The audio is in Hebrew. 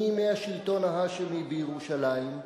מימי השלטון ההאשמי בירושלים,